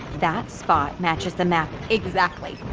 that spot matches the map exactly!